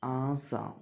Assam